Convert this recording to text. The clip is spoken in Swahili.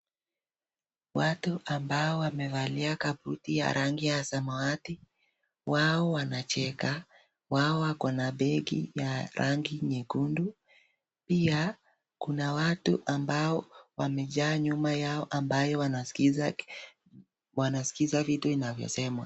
Watu ambao wamevalia kabuti ya rangi ya samawati, wao wanacheka, wao wako na begi ya rangi nyekundu. Pia kuna watu ambao wamejaa nyuma yao ambayo wanaskiza vitu inavyosemwa.